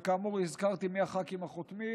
וכאמור הזכרתי מי הח"כים החותמים